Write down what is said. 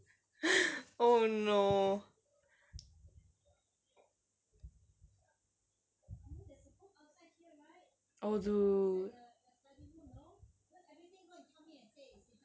oh no oh dude